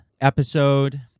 episode